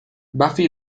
buffy